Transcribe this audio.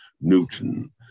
Newton